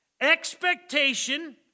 expectation